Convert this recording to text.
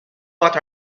but